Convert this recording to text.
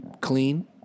clean